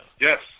yes